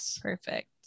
Perfect